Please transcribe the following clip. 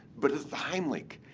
but it's the heimlich,